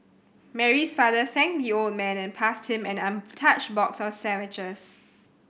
Mary's father thanked the old man and passed him an untouched box of sandwiches